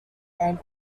and